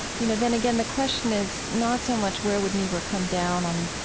you know, then again, the question is not so much where would niebuhr come down on,